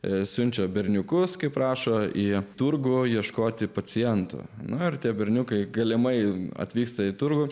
esančio berniukus kaip rašo į turgų ieškoti pacientų nardė berniukai galimai atvyksta į turgų